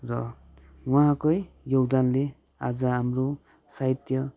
र उहाँकै योगदानले आज हाम्रो साहित्य